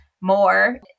more